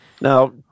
Now